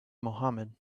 mohamed